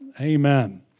Amen